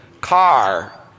car